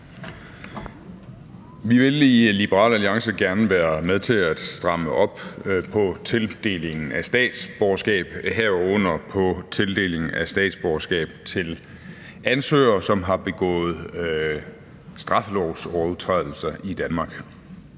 Vi vil i Liberal Alliance gerne være med til at stramme op på tildelingen af statsborgerskab, herunder på tildelingen af statsborgerskab til ansøgere, som har begået straffelovsovertrædelser i Danmark.